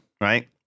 right